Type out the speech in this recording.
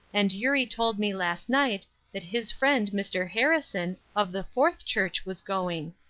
and eurie told me last night that his friend, mr. harrison, of the fourth church was going.